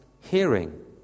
hearing